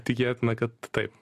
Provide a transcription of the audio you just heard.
tikėtina kad taip